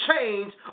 change